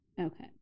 Okay